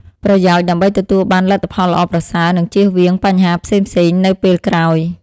ប្រយោជន៍ដើម្បីទទួលបានលទ្ធផលល្អប្រសើរ និងជៀសវាងបញ្ហាផ្សេងៗនៅពេលក្រោយ។